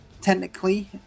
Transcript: technically